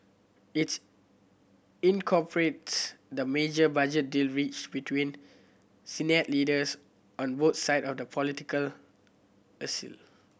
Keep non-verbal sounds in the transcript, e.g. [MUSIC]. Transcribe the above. its incorporates the major budget deal reached between [UNINTELLIGIBLE] leaders on both side of the political [UNINTELLIGIBLE]